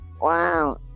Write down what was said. Wow